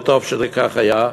וטוב שכך היה,